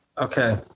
Okay